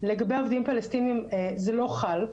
לגבי עובדים פלסטינים זה לא חל.